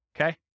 okay